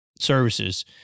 services